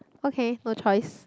okay no choice